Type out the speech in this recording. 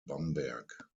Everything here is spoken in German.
bamberg